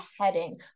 heading